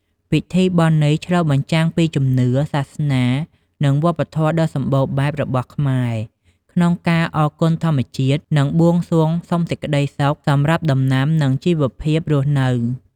ពិធីបុណ្យនេះឆ្លុះបញ្ចាំងពីជំនឿ សាសនា និងវប្បធម៌ដ៏សម្បូរបែបរបស់ខ្មែរក្នុងការអរគុណធម្មជាតិ និងបួងសួងសុំសេចក្តីសុខសម្រាប់ដំណាំ និងជីវភាពរស់នៅ។